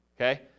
okay